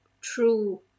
true